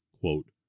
quote